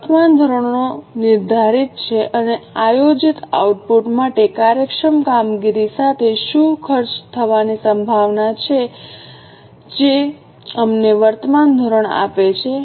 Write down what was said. વર્તમાન ધોરણો નિર્ધારિત છે અને આયોજિત આઉટપુટ માટે કાર્યક્ષમ કામગીરી સાથે શું ખર્ચ થવાની સંભાવના છે જે અમને વર્તમાન ધોરણ આપે છે